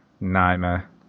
Nightmare